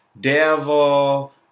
devil